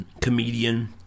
comedian